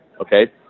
okay